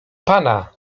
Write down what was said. pana